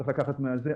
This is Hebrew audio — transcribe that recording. צריך לקחת מזה.